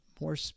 more